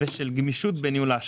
ושל גמישות בניהול ההשקעות.